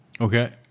Okay